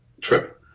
trip